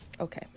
Okay